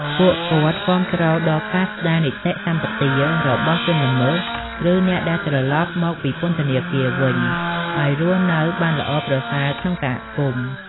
ពួកគាត់គាំទ្រដល់ការស្តារនីតិសម្បទារបស់ជនល្មើស ឬអ្នកដែលត្រឡប់មកពីពន្ធនាគារវិញ ឲ្យរស់នៅបានល្អប្រសើរក្នុងសហគមន៍។